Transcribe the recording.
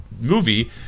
movie